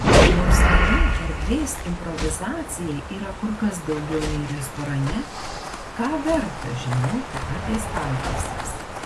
nors namie erdvės improvizacijai yra kur kas daugiau nei restorane ką verta žinoti apie staltieses